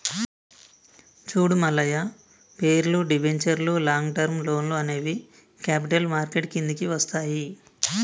చూడు మల్లయ్య పేర్లు, దిబెంచర్లు లాంగ్ టర్మ్ లోన్లు అనేవి క్యాపిటల్ మార్కెట్ కిందికి వస్తాయి